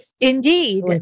Indeed